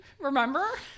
Remember